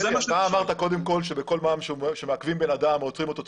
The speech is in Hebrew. אתה אמרת שבכל פעם שמעכבים בן אדם או עוצרים אותו,